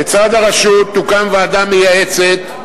לצד הרשות תוקם ועדה מייעצת,